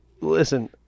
listen